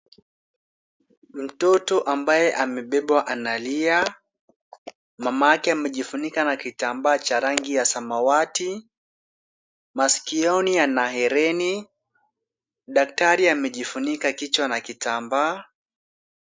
Mtoto ambaye amebebwa analia. Mama yake amejifunika na kitambaa cha rangi ya samawati. Maskioni ana hereni. Daktari amejifunika kichwa na kitambaa.